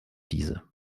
diese